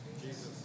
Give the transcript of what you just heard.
Jesus